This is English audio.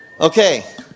Okay